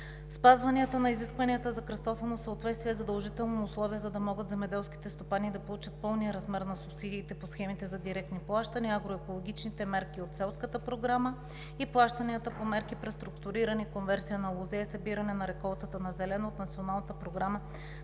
Спазването на изискванията за кръстосано съответствие е задължително условие, за да могат земеделските стопани да получат пълния размер на субсидиите по схемите за директни плащания, агроекологичните мерки от Селската програма и плащанията по мерки, преструктурирани в конверсия на лозя и събиране на реколтата на зелено от Националната програма